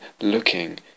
looking